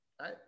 right